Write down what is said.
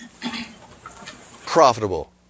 profitable